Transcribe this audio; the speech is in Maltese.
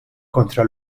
kontra